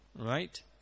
Right